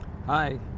Hi